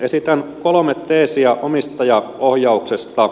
esitän kolme teesiä omistajaohjauksesta